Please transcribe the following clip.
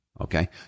Okay